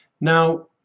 Now